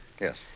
Yes